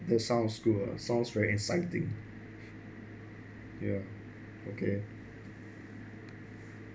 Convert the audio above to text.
that sounds good ah sounds very exciting ya okay